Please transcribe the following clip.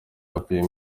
yapfuye